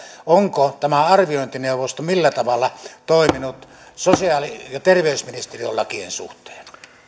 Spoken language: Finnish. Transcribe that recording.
millä tavalla tämä arviointineuvosto on toiminut sosiaali ja terveysministeriön lakien suhteen